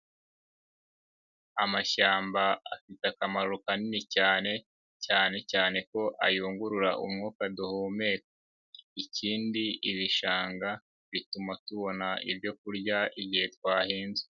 Amashyamba afite akamaro kanini cyane, cyane cyane ko ayungurura umwuka duhumeka, ikindi ibishanga bituma tubona ibyo kurya igihe twahinze.